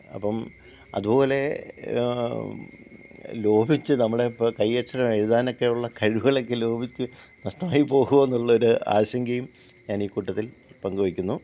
അപ്പം അതുപോലെ ലോപിച്ച് നമ്മുടെ ഇപ്പം കൈയ്യക്ഷരം എഴുതാനെക്കെയുള്ള കഴിവുകളൊക്കെ ലോപിച്ച് നഷ്ടമായി പോകുമോ എന്നുള്ള ഒരു ആശങ്കയും ഞാൻ ഈ കൂട്ടത്തില് പങ്കുവയ്ക്കുന്നു